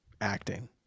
acting